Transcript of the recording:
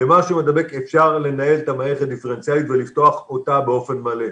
למשהו מדבק אפשר לנהל את המערכת דיפרנציאלית ולפתוח אותה באופן מלא.